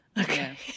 Okay